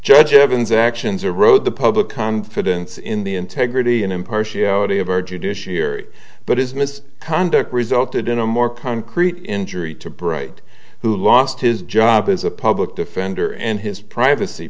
judge evans actions or wrote the public confidence in the integrity and impartiality of our judiciary but is miss conduct resulted in a more concrete injury to bright who lost his job as a public defender and his privacy